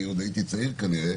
אני עוד הייתי צעיר כנראה